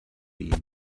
been